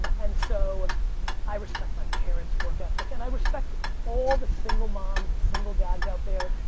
but and so i respect my parents' work ethic and i respect all the single moms and single dads out there.